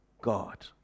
God